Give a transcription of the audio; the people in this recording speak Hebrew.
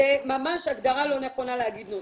זו ממש הגדרה לא נכונה להגיד "נושא"